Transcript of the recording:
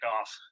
off